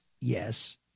Yes